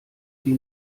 die